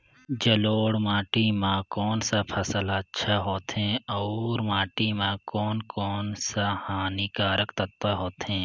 जलोढ़ माटी मां कोन सा फसल ह अच्छा होथे अउर माटी म कोन कोन स हानिकारक तत्व होथे?